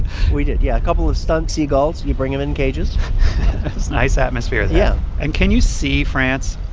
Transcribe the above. we did, yeah. couple of stunt seagulls. you bring them in cages it's nice atmosphere yeah and can you see france?